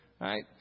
right